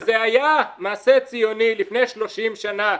וזה היה מעשה ציוני לפני 30 שנה.